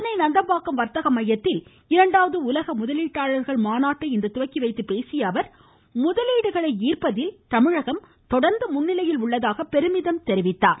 சென்னை நந்தம்பாக்கம் வர்த்தக மையத்தில் இரண்டாவது உலக முதலீட்டாளர்கள் மாநாட்டை இன்று துவக்கி வைத்து பேசிய அவர் முதலீடுகளை ஈர்ப்பதில் தமிழகம் தொடர்ந்து முன்னிலையில் உள்ளதாக பெருமிதம் தெரிவித்துள்ளார்